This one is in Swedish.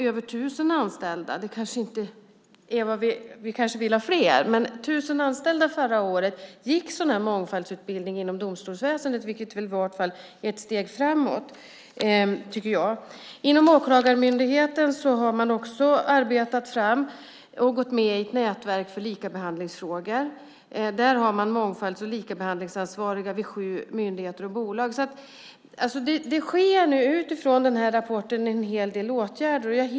Över tusen anställda - vi kanske vill att det ska vara fler - gick förra året en mångfaldsutbildning inom domstolsväsendet, vilket i vart fall är ett steg framåt, tycker jag. Inom Åklagarmyndigheten har man också arbetat fram och gått med i ett nätverk för likabehandlingsfrågor. Där har man mångfalds och likabehandlingsansvariga vid sju myndigheter och bolag. Det genomförs nu utifrån den här rapporten en hel del åtgärder.